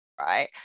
right